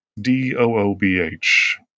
D-O-O-B-H